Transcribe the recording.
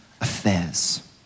affairs